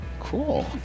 Cool